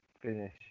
finish